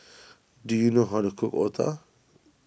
do you know how to cook Otah